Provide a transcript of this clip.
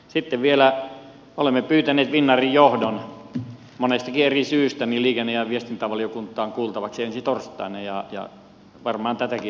sitten vielä olemme pyytäneet finnairin johdon monestakin eri syystä liikenne ja viestintävaliokuntaan kuultavaksi ensi torstaina ja varmaan tätäkin asiaa silloin sivutaan